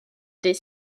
des